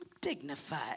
Dignified